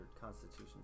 Constitution